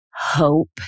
hope